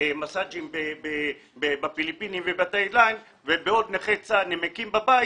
מסאג'ים בפיליפינים --- בעוד נכי צה"ל נמקים בבית,